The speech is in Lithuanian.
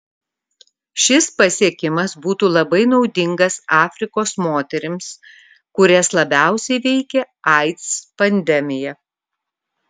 šis pasiekimas būtų labai naudingas afrikos moterims kurias labiausiai veikia aids pandemija